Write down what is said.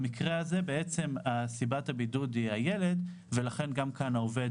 במקרה הזה סיבת הבידוד היא הילד ולכן גם כאן העובד,